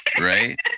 Right